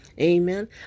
Amen